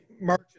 March